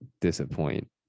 disappoint